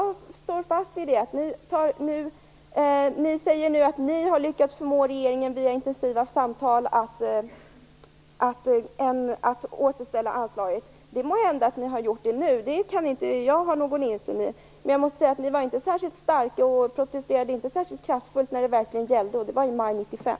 Ni säger nu att ni via intensiva samtal har lyckats förmå regeringen att återställa anslaget. Det må hända att ni har gjort det nu. Det har inte jag någon insyn i. Men jag måste säga att ni inte var särskilt starka och att ni inte protesterade särskilt kraftfullt när det verkligen gällde, i maj 1995.